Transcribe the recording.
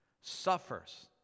suffers